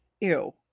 ew